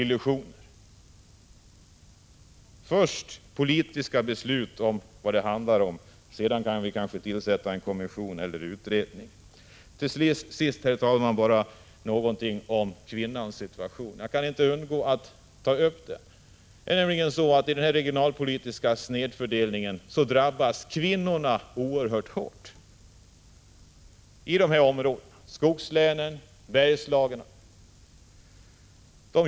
Först måste vi ta politiska beslut om vad det handlar om, och sedan kan vi kanske tillsätta en kommission eller utredning. Till sist, herr talman, något om kvinnans situation. Jag kan inte undgå att ta upp den. I den regionalpolitiska snedfördelningen drabbas kvinnorna oerhört i dessa områden, skogslänen, Bergslagen osv.